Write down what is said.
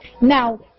Now